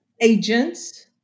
agents